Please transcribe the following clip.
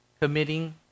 committing